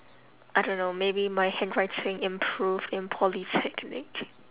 I don't know maybe my handwriting improved in polytechnic